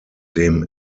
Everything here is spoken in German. dem